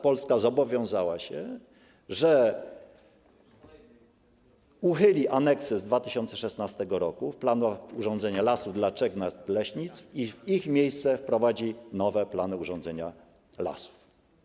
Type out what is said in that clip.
Polska zobowiązała się także, że uchyli aneksy z 2016 r. do planów urządzenia lasów dla trzech nadleśnictw i w ich miejsce wprowadzi nowe plany urządzenia lasów.